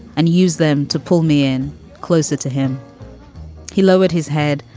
and use them to pull me in closer to him he lowered his head,